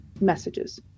messages